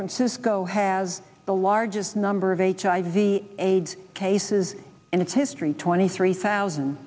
francisco has the largest number of h i v aids cases in its history twenty three thousand